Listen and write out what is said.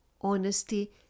honesty